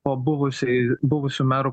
pabuvusi buvusių merų